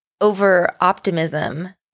over-optimism